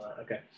Okay